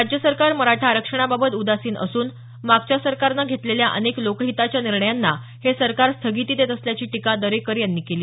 राज्य सरकार मराठा आरक्षणाबाबत उदासीन असून मागच्या सरकारनं घेतलेल्या अनेक लोकहिताच्या निर्णयांना हे सरकार स्थगिती देत असल्याची टीका दरेकर यांनी केली